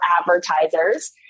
advertisers